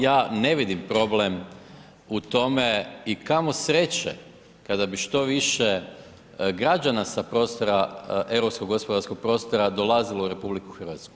Ja ne vidim problem u tome i kamo sreće kada bi što više građana sa prostora, europskog gospodarskog prostora dolazilo u RH.